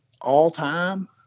All-time